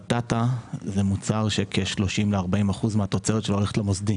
בטטה זה מוצר שבין 30% ל-40% מהתוצרת שלו הולכת למוסדי.